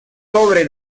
sobre